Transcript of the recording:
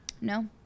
No